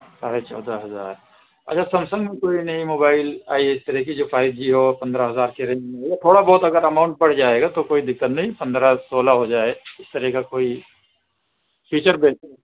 ساڑھے چودہ ہزار اچھا سیمسنگ میں کوئی نئی موبائل آئی ہے اِس طرح کی جو فائیو جی ہو پندرہ ہزار کی رینج میں ہو یا تھوڑا بہت اماؤنٹ اگر بڑھ جائے گا تو کوئی دقت نہیں پندرہ سولہ ہو جائے اِس طرح کا کوئی فیچر بہتر ہو